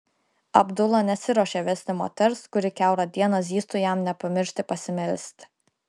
abdula nesiruošė vesti moters kuri kiaurą dieną zyztų jam nepamiršti pasimelsti